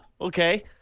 okay